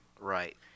Right